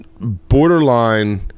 borderline